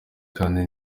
kandi